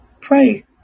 Pray